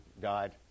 died